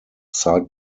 side